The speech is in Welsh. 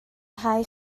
nghae